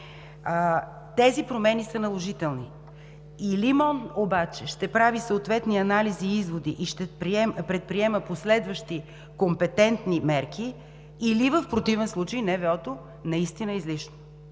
Тези промени са наложителни. Или МОН ще прави съответни анализ и изводи и ще предприема последващи компетентни мерки, или в противен случай националното външно